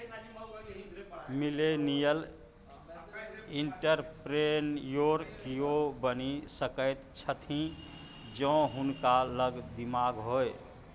millennial entrepreneur कियो बनि सकैत छथि जौं हुनका लग दिमाग होए